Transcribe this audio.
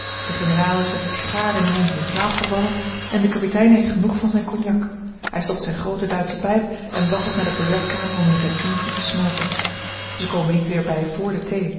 de generaal is met de sigaar in den mond in slaap gevallen en de kapitein heeft genoeg van zijn cognac hij stopt zijne groote duitsche pijp en waggelt naar de billardkamer om in zijn eentje te smoken zij komen niet weer bij vr de thee